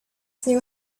knew